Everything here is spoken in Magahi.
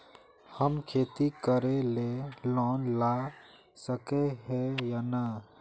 हम खेती करे ले लोन ला सके है नय?